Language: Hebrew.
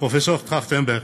פרופ' טרכטנברג,